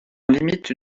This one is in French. limite